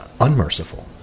unmerciful